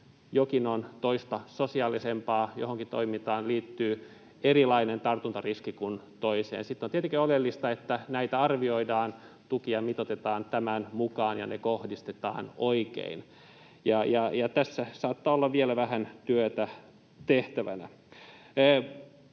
jokin on toista sosiaalisempaa, johonkin toimintaan liittyy erilainen tartuntariski kuin toiseen. Sitten tietenkin oleellista on, että näitä arvioidaan, tukia mitoitetaan tämän mukaan ja ne kohdistetaan oikein, ja tässä saattaa olla vielä vähän työtä tehtävänä.